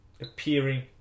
appearing